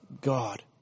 God